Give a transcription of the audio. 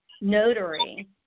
notary